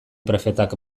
prefetak